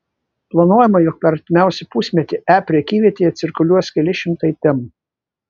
planuojama jog per artimiausią pusmetį e prekyvietėje cirkuliuos keli šimtai temų